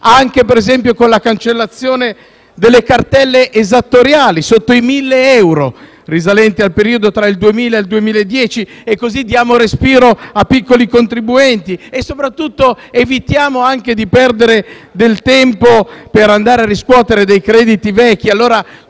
anche per esempio con la cancellazione delle cartelle esattoriali sotto i 1.000 euro risalenti al periodo tra il 2000 e il 2010; così diamo respiro ai piccoli contribuenti e soprattutto evitiamo di perdere del tempo per andare a riscuotere dei crediti vecchi,